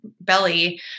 belly